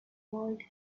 whirled